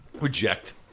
Reject